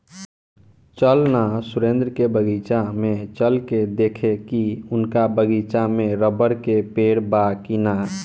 चल ना सुरेंद्र के बगीचा में चल के देखेके की उनका बगीचा में रबड़ के पेड़ बा की ना